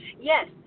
Yes